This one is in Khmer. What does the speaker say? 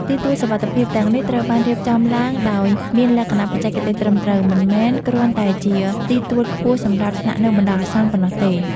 ទីទួលសុវត្ថិភាពទាំងនេះត្រូវបានរៀបចំឡើងដោយមានលក្ខណៈបច្ចេកទេសត្រឹមត្រូវ មិនមែនគ្រាន់តែជាទីទួលខ្ពស់សម្រាប់ស្នាក់នៅបណ្ដោះអាសន្នប៉ុណ្ណោះទេ។